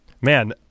man